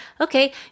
Okay